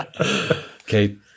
Okay